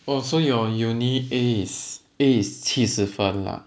oh so your uni is A is A is 七十分 lah